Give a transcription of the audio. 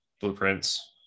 blueprints